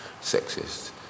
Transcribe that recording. sexist